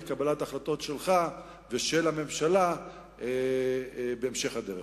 קבלת ההחלטות שלך ושל הממשלה בהמשך הדרך.